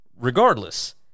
Regardless